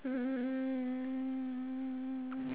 um